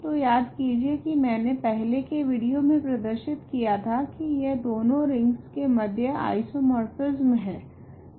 तो याद कीजिए की मैंने पहले के विडियो मे प्रदर्शित किया था की यह दोनों रिंगस के मध्य आइसोमोर्फिसम है